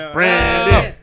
Brandon